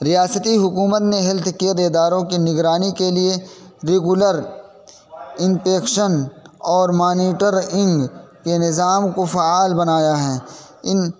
ریاستی حکومت نے ہیلتھ کیئر اداروں کے نگرانی کے لیے ریگولر انپیکشن اور مانیٹرانگ کے نظام کو فعال بنایا ہے ان